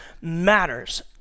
matters